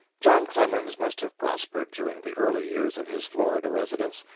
john clemens must have prospered during the early years of his florida residence,